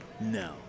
No